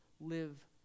live